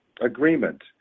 agreement